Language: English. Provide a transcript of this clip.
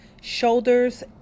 shoulders